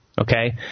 Okay